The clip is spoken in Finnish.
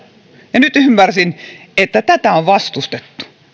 ja nyt ymmärsin että tätä on vastustettu